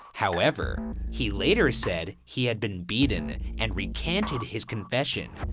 however, he later said he had been beaten and recanted his confession,